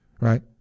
right